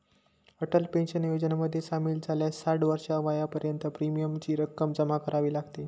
Atal pension योजनेमध्ये सामील झाल्यास साठ वर्षाच्या वयापर्यंत प्रीमियमची रक्कम जमा करावी लागते